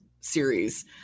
series